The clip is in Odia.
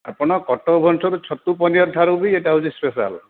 ଆପଣ କଟକ ଭୁବନେଶ୍ୱରରୁ ଛତୁ ପନିର୍ଠାରୁ ବି ଏଇଟା ହେଉଛି ସ୍ପେସାଲ୍